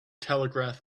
telegraph